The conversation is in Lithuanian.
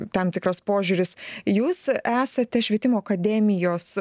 tam tikras požiūris jūs esate švietimo akademijos